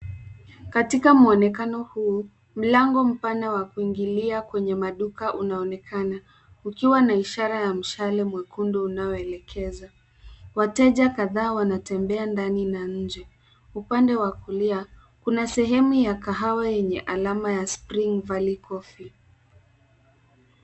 Katika muonekano huu mlango mpana wa kuingilia kwenye maduka unaonekana ukiwa na ishara ya mshale mwekundu unaoelekeza. Wateja kadhaa wanatembea ndani na nje. Upande wa kulia kuna sehemu ya kahawa yenye alama ya SpringValley Coffee.